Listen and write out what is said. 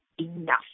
enough